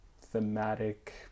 thematic